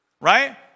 right